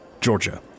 Georgia